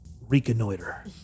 Reconnoiter